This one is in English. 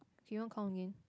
Fion count again